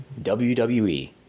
WWE